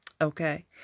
okay